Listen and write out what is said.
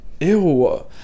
Ew